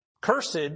Cursed